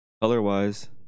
Color-wise